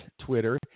Twitter